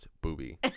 booby